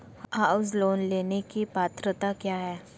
House loan लेने की पात्रता क्या है?